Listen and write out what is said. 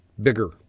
bigger